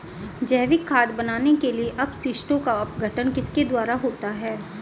जैविक खाद बनाने के लिए अपशिष्टों का अपघटन किसके द्वारा होता है?